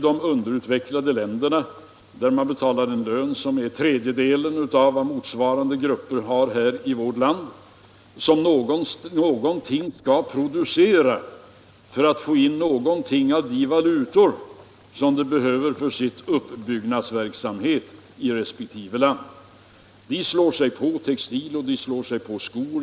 De underutvecklade länderna, där man betalar en lön som ligger på en tredjedel av vad motsvarande grupper i vårt land tjänar, skall någonting producera för att få in de valutor som de behöver för sin uppbyggnadsverksamhet. De slår sig på textil och skor.